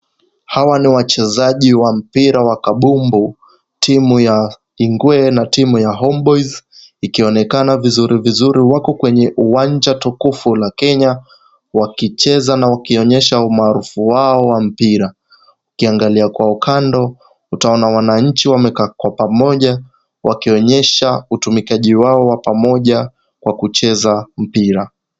Hawa ni wachezaji wa mpira wa kabumbu, timu ya Ingwe na timu ya Homeboyz. Ikionekana vizuri vizuri wako kwenye uwanja tukufu la Kenya, wakicheza na wakionyesha umaarufu wao wa mpira. Ukiangalia kwa ukando, utaona wananchi wamekaa kwa pamoja, wakionyesha utumikaji wao wa pamoja kwa kucheza mpira.